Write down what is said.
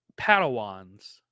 padawans